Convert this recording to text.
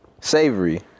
Savory